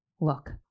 Look